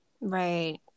right